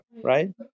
right